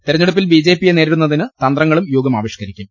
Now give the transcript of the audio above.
തെരഞ്ഞെടുപ്പിൽ ബിജെപ്പിയെ നേരിടുന്നതിന് തന്തങ്ങളും യോഗം ആവിഷ്കരിക്കും